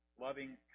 loving